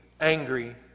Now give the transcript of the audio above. angry